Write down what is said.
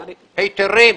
היתרים,